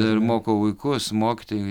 ir mokau vaikus mokytojai